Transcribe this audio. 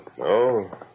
No